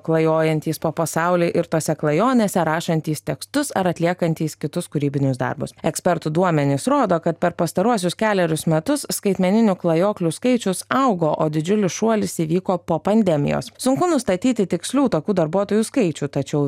klajojantys po pasaulį ir tose klajonėse rašantys tekstus ar atliekantys kitus kūrybinius darbus ekspertų duomenys rodo kad per pastaruosius kelerius metus skaitmeninių klajoklių skaičius augo o didžiulis šuolis įvyko po pandemijos sunku nustatyti tikslių tokių darbuotojų skaičių tačiau